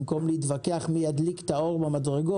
במקום להתווכח מי ידליק את האור במדרגות